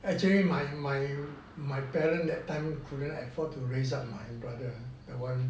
actually my my my parent that time couldn't afford to raise up my brother the one